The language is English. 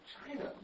China